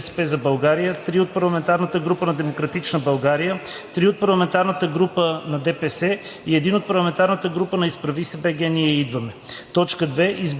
парламентарната група на „БСП за България“, 2 от парламентарната група на „Демократична България“, 2 от парламентарната група на ДПС, 1 от парламентарната група на „Изправи се БГ! Ние идваме!“.